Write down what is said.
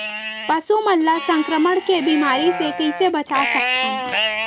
पशु मन ला संक्रमण के बीमारी से कइसे बचा सकथन?